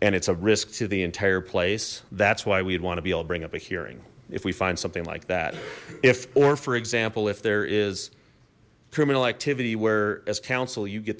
and it's a risk to the entire place that's why we'd want to be able bring up a hearing if we find something like that if or for example if there is criminal activity where as counsel you get